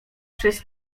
przez